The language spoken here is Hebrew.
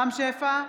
רם שפע,